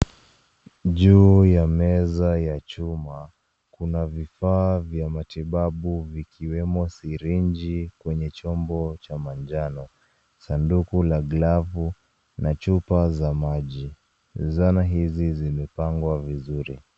Juu ya meza ya chuma kuna vifaa vya matibabu vikiwemo sirinji kwenye chombo cha manjano, sanduku la glovu na chupa za maji. Zana hizi zimepangwa vizuri.